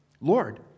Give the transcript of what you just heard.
Lord